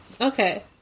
Okay